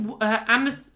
Amethyst